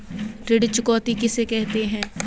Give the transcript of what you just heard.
ऋण चुकौती किसे कहते हैं?